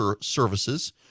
services